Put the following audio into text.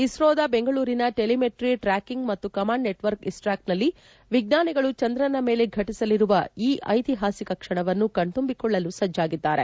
ಇಸ್ರೋದ ಬೆಂಗಳೂರಿನ telemetry tracking ಮತ್ತು ಕಮಾಂಡ್ ನೆಟ್ವರ್ಕ್ ಇಸ್ಟ್ರಾಕ್ನಲ್ಲಿ ವಿಜ್ಞಾನಿಗಳು ಚಂದ್ರನ ಮೇಲೆ ಫಟಿಸಲಿರುವ ಈ ಐತಿಹಾಸಿಕ ಕ್ಷಣವನ್ನು ಕಣ್ತಂಬಿಕೊಳ್ಳಲು ಸಜ್ಞಾಗಿದ್ದಾರೆ